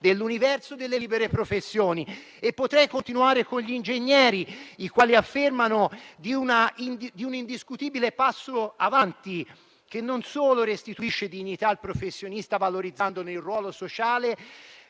dell'universo delle libere professioni. Potrei continuare con gli ingegneri, i quali parlano di un indiscutibile passo in avanti, che non solo restituisce dignità al professionista valorizzandone il ruolo sociale,